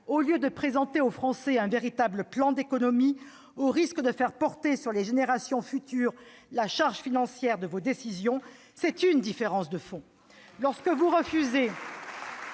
au lieu de présenter aux Français un véritable plan d'économies, au risque de reporter sur les générations futures la charge financière de vos décisions, c'est une différence de fond. Lorsque vous refusez